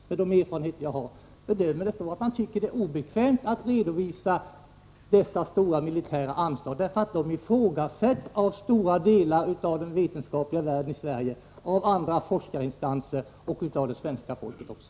Med de erfarenheter jag har bedömer jag det så att man tycker att det är obekvämt att redovisa de stora militära forskningsanslagen, därför att de ifrågasätts av stora delar av den vetenskapliga världen i Sverige, av andra forskningsinstanser och av det svenska folket också.